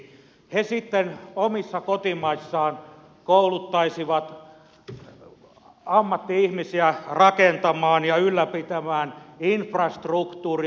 he sitten omissa kotimaissaan kouluttaisivat ammatti ihmisiä rakentamaan ja ylläpitämään infrastruktuuria